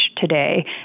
today